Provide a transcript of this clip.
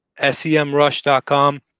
SEMrush.com